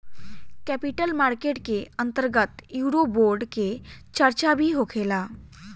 capital market के अंतर्गत eurobond के चार्चा भी होखेला